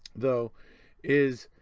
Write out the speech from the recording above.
though is,